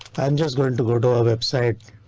and just going to go to a website.